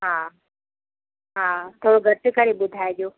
हा हा थोरो घटि करे ॿुधाइजो